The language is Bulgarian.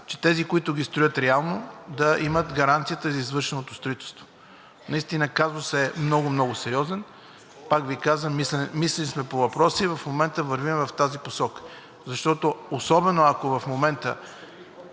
че тези, които ги строят, реално да имат гаранцията за извършеното строителство. Наистина казусът е много, много сериозен. Пак Ви казвам, мислили сме по въпроса и в момента вървим в тази посока. Защото особено ако в момента